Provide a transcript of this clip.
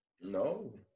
no